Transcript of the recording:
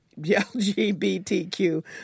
LGBTQ